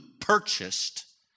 purchased